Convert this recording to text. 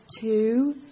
two